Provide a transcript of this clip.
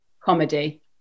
Comedy